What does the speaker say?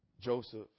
Joseph